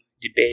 debate